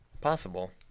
possible